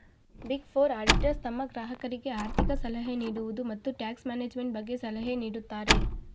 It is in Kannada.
ಬಿಗ್ ಫೋರ್ ಆಡಿಟರ್ಸ್ ತಮ್ಮ ಗ್ರಾಹಕರಿಗೆ ಆರ್ಥಿಕ ಸಲಹೆ ನೀಡುವುದು, ಮತ್ತು ಟ್ಯಾಕ್ಸ್ ಮ್ಯಾನೇಜ್ಮೆಂಟ್ ಬಗ್ಗೆ ಸಲಹೆ ನೀಡುತ್ತಾರೆ